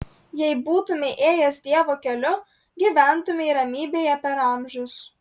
jei būtumei ėjęs dievo keliu gyventumei ramybėje per amžius